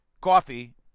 coffee